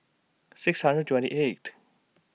six hundred twenty eight